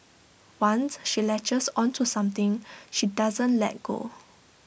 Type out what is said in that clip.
once she latches onto something she doesn't let go